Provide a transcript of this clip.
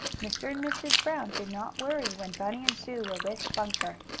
mr. and mrs. brown did not worry when bunny and sue were with bunker.